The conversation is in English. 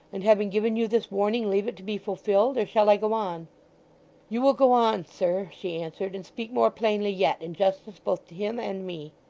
and having given you this warning, leave it to be fulfilled or shall i go on you will go on, sir she answered, and speak more plainly yet, in justice both to him and me